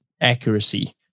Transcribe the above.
accuracy